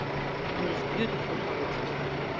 and it's beautiful how it's working.